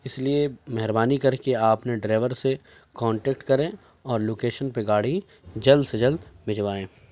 اس لیے مہربانی کر کے آپ نے ڈرائیور سے کانٹیکٹ کریں اور لوکیشن پہ گاڑی جلد سے جلد بھجوائیں